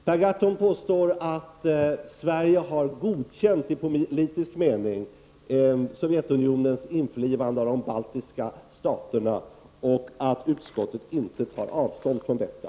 Per Gahrton påstår att Sverige har godkänt, i politisk mening, Sovjetunionens införlivande av de baltiska staterna och att utskottet inte tar avstånd från detta.